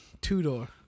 Two-door